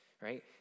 right